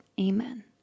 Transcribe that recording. Amen